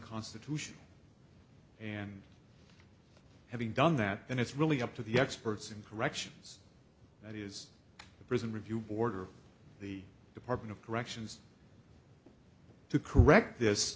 unconstitutional and having done that and it's really up to the experts in corrections that is the prison review board or the department of corrections to correct this